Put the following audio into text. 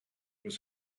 was